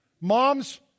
Moms